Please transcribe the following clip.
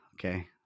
okay